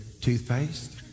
toothpaste